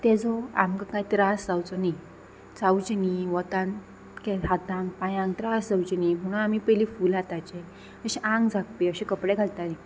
ताजो आमकां कांय त्रास जावचो न्ही जावचे न्ही वतान के हातांक पांयांक त्रास जावचे न्ही म्हणून आमी पयलीं फूल हाताचे अशे आंग झाकपी अशे कपडे घालतालीं